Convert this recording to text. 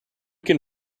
can